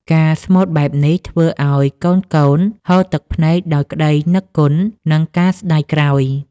ការស្មូតបែបនេះ ធ្វើឱ្យកូនៗហូរទឹកភ្នែកដោយក្ដីនឹកគុណ និងការស្ដាយក្រោយ។